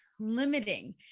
limiting